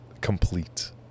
complete